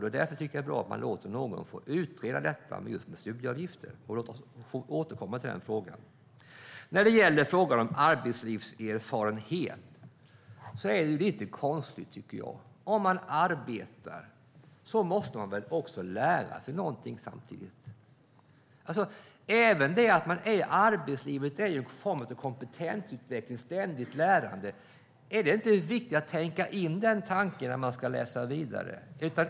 Därför tycker jag att det är bra att man låter någon utreda detta med studieavgifter. Låt oss få återkomma till den frågan! När det gäller frågan om arbetslivserfarenhet är det lite konstigt, tycker jag. Om man arbetar måste man väl samtidigt lära sig någonting. Även det att man är i arbetslivet är en form av kompetensutveckling, ett ständigt lärande. Är det inte viktigt att ha den tanken när det gäller att läsa vidare?